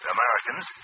Americans